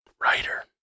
Writer